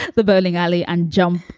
the bowling alley and jump